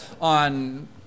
on